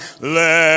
Let